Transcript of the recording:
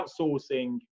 outsourcing